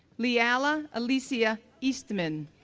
leala elysia eastman,